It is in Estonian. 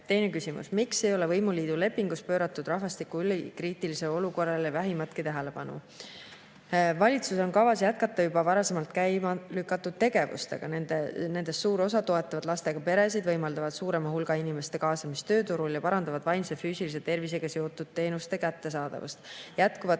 Teine küsimus: "Miks ei ole uue võimuliidu lepingus pööratud rahvastiku ülikriitilisele olukorrale vähimatki tähelepanu?" Valitsusel on kavas jätkata juba varasemalt käima lükatud tegevustega. Nendest suur osa toetavad lastega peresid, võimaldavad suurema hulga inimeste kaasamist tööturul ja parandavad vaimse ja füüsilise tervisega seotud teenuste kättesaadavust. Jätkuvad